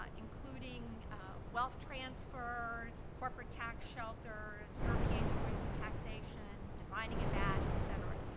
ah including wealth transfers, corporate tax shelters, european union taxation, designing a vat, et cetera,